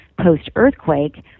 post-earthquake